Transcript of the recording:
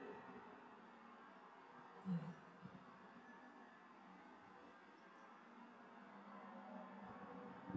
mm